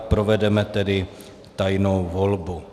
Provedeme tedy tajnou volbu.